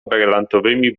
brylantowymi